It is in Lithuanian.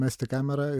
mesti kamerą